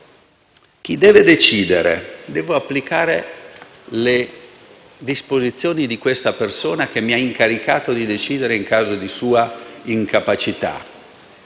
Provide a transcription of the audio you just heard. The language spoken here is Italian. la domanda. Devo applicare le disposizioni di questa persona, che mi ha incaricato di decidere in caso di sua incapacità,